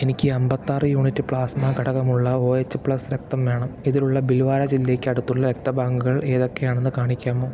എനിക്ക് അമ്പത്താറ് unit plasma ഘടകമുള്ള ഒ എച്ച് പ്ലസ് രക്തം വേണം ഇതിലുള്ള ബിൽവാര ജില്ലയ്ക്ക് അടുത്തുള്ള രക്ത ബാങ്കുകൾ ഏതൊക്കെയാണെന്ന് കാണിക്കാമോ